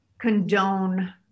condone